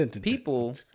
People